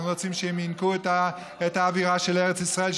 אנחנו רוצים שהם ינקו את האווירה של ארץ ישראל,